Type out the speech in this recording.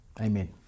Amen